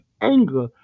anger